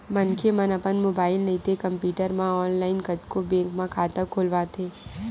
मनखे मन अपन मोबाईल नइते कम्प्यूटर म ऑनलाईन कतको बेंक म खाता खोलवाथे